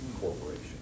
corporation